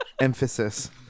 Emphasis